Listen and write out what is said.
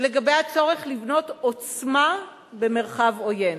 ולגבי הצורך לבנות עוצמה במרחב עוין.